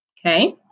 Okay